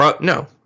No